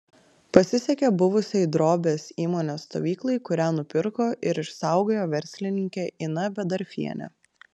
pasisekė buvusiai drobės įmonės stovyklai kurią nupirko ir išsaugojo verslininkė ina bedarfienė